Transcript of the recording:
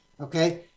Okay